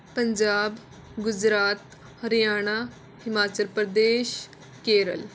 Punjab Gujarat Haryana Himachal Pradesh Kerala